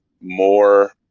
more